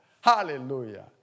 Hallelujah